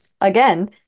again